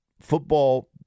Football